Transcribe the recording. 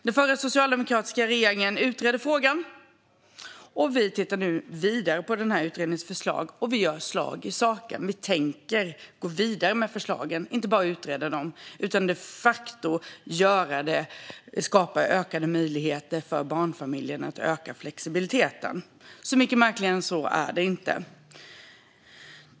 Den förra socialdemokratiska regeringen utredde frågan, och vi tittar nu vidare på utredningens förslag och gör slag i saken. Vi tänker gå vidare med förslagen, inte bara i en utredning utan de facto skapa ökade möjligheter till större flexibilitet för barnfamiljer. Märkligare än så är det inte.